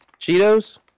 Cheetos